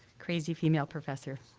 crazy female professor.